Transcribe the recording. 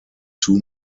two